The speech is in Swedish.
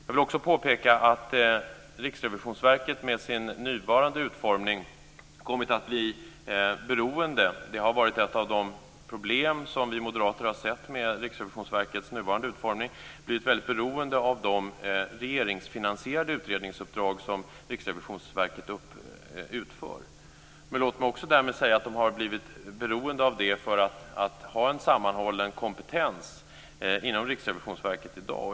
Jag vill också påpeka att Riksrevisionsverket med sin nuvarande utformning har kommit att bli väldigt beroende - det har varit ett av de problem som vi moderater har sett med Riksrevisionsverkets nuvarande utformning - av de regeringsfinansierade utredningsuppdrag som Riksrevisionsverket utför. Men låt mig därmed också säga att de har blivit beroende av det för att ha en sammanhållen kompetens inom Riksrevisionsverket i dag.